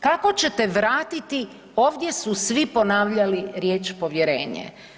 Kako ćete vratiti, ovdje su svi ponavljali riječ povjerenje?